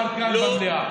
נאמר כאן, במליאה.